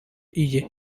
iye